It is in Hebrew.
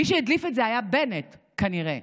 מי שהדליף את זה היה בנט, כנראה,